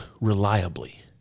reliably